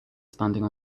standing